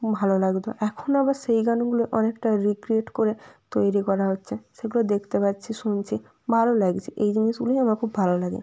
ভালো লাগতো এখন আবার সেই গানগুলো অনেকটা রিক্রিয়েট করে তৈরি করা হচ্ছে সেগুলো দেখতে পাচ্ছি শুনছি ভালো লাগছে এই জিনিসগুলোই আমার খুব ভালো লাগে